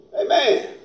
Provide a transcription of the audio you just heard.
Amen